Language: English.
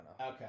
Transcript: Okay